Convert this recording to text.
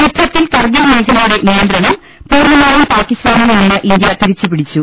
യുദ്ധത്തിൽ കർഗിൽ മേഖലയുടെ നിയന്ത്രണം പൂർണമായും പാക്കിസ്ഥാ നിൽ നിന്ന് ഇന്ത്യ തിരിച്ചു പിടിച്ചു